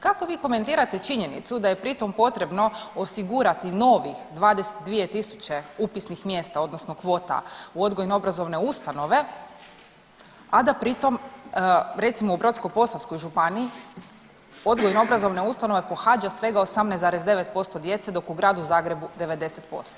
Kako vi komentirate činjenicu da je pritom potrebno osigurati novih 22 tisuće upisnih mjesta, odnosno kvota u odgojno-obrazovne ustanove, a da pritom, recimo, u Brodno-posavskoj županiji odgojno-obrazovne ustanove pohađa svega 18,9% djece, dok u gradu Zagrebu 90%